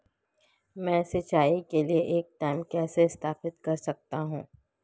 मैं सिंचाई के लिए एक टैंक कैसे स्थापित कर सकता हूँ?